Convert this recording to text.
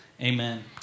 amen